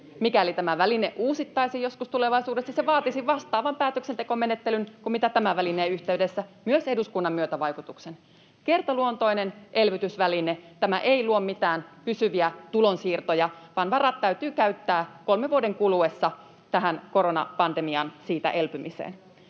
Mikäli tämä väline uusittaisiin joskus tulevaisuudessa, se vaatisi vastaavan päätöksentekomenettelyn kuin mitä tämän välineen yhteydessä, myös eduskunnan myötävaikutuksen. Kertaluontoinen elvytysväline — tämä ei luo mitään pysyviä tulonsiirtoja, vaan varat täytyy käyttää 3 vuoden kuluessa tähän koronapandemiaan, siitä elpymiseen.